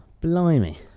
Blimey